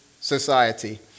society